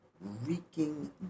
reeking